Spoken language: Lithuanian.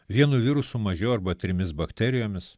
vienu virusu mažiau arba trimis bakterijomis